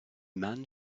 man